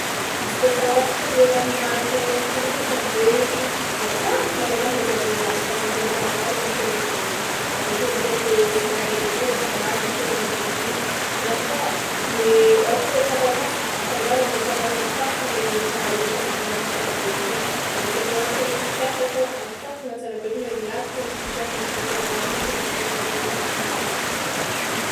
Izy kaofa ôhatra le armoaran-tegna mikorontagna be regny igny, aboaka malôha lamba jiaby agnaty aka avy ake amin-jay avalogno tsiraikiraiky, avy ake am'zay le somary gedageda ata ambany avy ake le madinidinika, na koa le ôhatra hoe le patalon so- afangaro am'le patalon akagny foagna izy efa izy efa voavalogno tsara bekiny igny avy ake am'zay ôhatra hoe t-shirt fao atôkagna tsara bekiny hoe le ato fao ny t-shirt avy akeo am'zay avalogno tsiraikiraiky am'zay ata anatin'ny armoara.